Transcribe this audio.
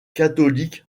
catholique